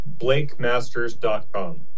BlakeMasters.com